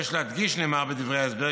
יש להדגיש" נאמר בדברי ההסבר,